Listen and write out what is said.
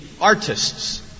artists